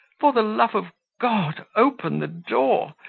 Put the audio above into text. for the love of god! open the door,